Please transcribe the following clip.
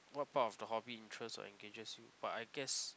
what part of the hobby interests or engages you but I guess